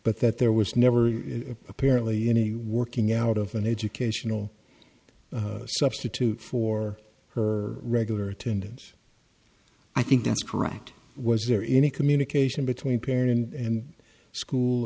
but that there was never apparently any working out of an educational substitute for her regular attendance i think that's correct was there any communication between parent and school